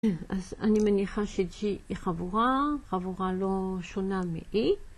אז אני מניחה שג'י היא חבורה, חבורה לא שונה מאי.